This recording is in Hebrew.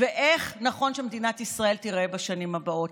ואיך נכון שמדינת ישראל תיראה בשנים הבאות.